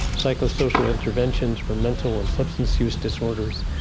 psychosocial interventions for mental and substance use disorders,